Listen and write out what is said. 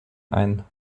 ein